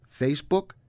Facebook